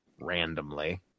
randomly